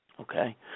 Okay